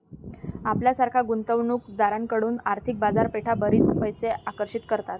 आपल्यासारख्या गुंतवणूक दारांकडून आर्थिक बाजारपेठा बरीच पैसे आकर्षित करतात